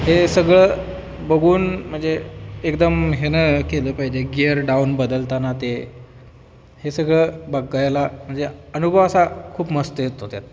हे सगळं बघून म्हणजे एकदम हे न केलं पाहिजे गिअर डाऊन बदलताना ते हे सगळं बघायला म्हणजे अनुभव असा खूप मस्त येतो त्यात